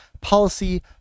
Policy